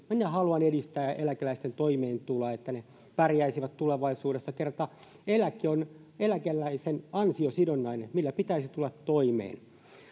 minä haluan edistää eläkeläisten toimeentuloa että he pärjäisivät tulevaisuudessa kun kerta eläke on eläkeläisen ansiosidonnainen millä pitäisi tulla toimeen